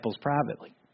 privately